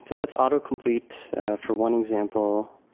so that's autocomplete for one example.